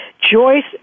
Joyce